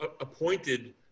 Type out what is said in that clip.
appointed